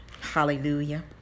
Hallelujah